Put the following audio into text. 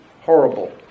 horrible